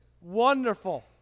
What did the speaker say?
wonderful